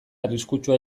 arriskutsua